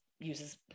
uses